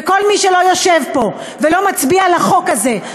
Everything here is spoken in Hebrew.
כל מי שלא יושב פה ולא מצביע על החוק הזה,